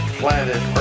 planet